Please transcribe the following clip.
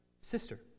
sister